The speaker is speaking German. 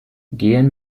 gehen